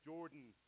Jordan